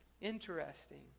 Interesting